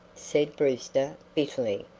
said brewster, bitterly.